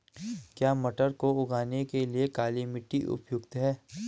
क्या मटर को उगाने के लिए काली मिट्टी उपयुक्त है?